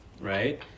right